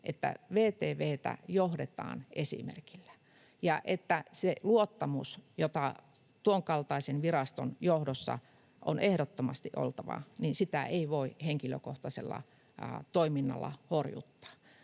että VTV:tä johdetaan esimerkillä, ja että sitä luottamusta, jota tuon kaltaisen viraston johdossa on ehdottomasti oltava, ei voi henkilökohtaisella toiminnalla horjuttaa.